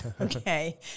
Okay